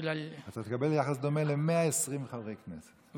בגלל, אתה תקבל יחס דומה ל-120 חברי כנסת.